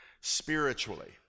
spiritually